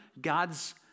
God's